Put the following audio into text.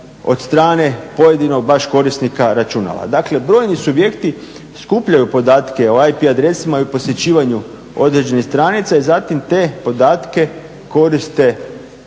od strane pojedinog baš korisnika računala. Dakle, brojni subjekti skupljaju podatke o IP adresama i posjećivanju određenih stranica i zatim te podatke koriste